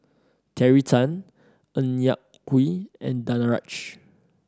Terry Tan Ng Yak Whee and Danaraj